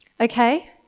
okay